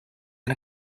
and